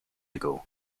ago